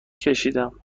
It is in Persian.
کشیدم